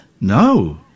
No